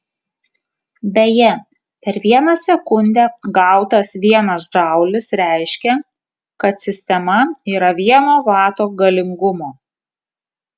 beje per vieną sekundę gautas vienas džaulis reiškia kad sistema yra vieno vato galingumo